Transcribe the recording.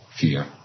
fear